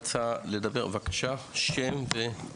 בבקשה, שם ותפקיד.